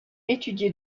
étudiés